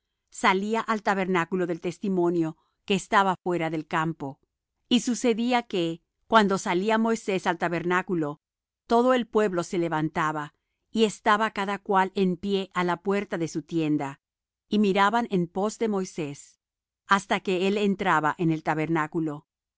salía al tabernáculo del testimonio que estaba fuera del campo y sucedía que cuando salía moisés al tabernáculo todo el pueblo se levantaba y estaba cada cual en pie á la puerta de su tienda y miraban en pos de moisés hasta que él entraba en el tabernáculo